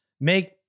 make